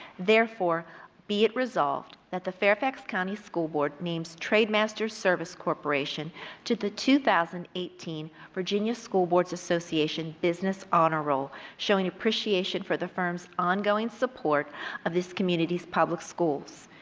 therefore be it resolved that the fairfax county school board names trademasters service corporation to the two thousand and eighteen virginia school boards association business honor roll, showing appreciation for the firm's ongoing support of this community's public schools.